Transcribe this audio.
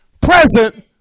present